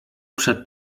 przed